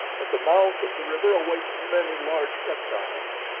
at the mouth of the river await many large reptiles.